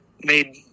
made